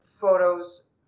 photos